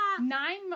Nine